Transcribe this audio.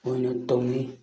ꯃꯣꯏꯅ ꯇꯧꯅꯤ